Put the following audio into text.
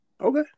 Okay